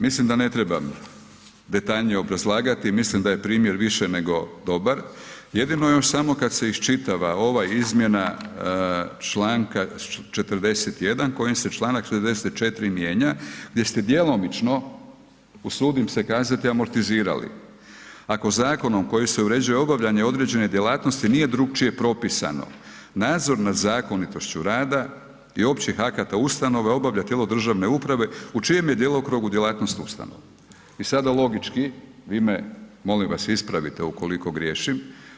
Mislim da ne trebam detaljnije obrazlagati, mislim da je primjer više nego dobar, jedino još samo kad se iščitava ova izmjena članka 41. kojom se članak 44, mijenja gdje ste djelomično usudim se kazati, amortizirali ako zakonom kojim se uređuje obavljanje određene djelatnosti nije drukčije propisano, nadzor nad zakonitošću rada i općih akata ustanove, obavlja tijelo državne uprave u čijem je djelokrugu djelatnost ustanova i sada logički vi me molim vas ispravite ukoliko griješim.